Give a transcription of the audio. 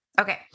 Okay